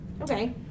Okay